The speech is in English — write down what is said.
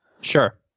Sure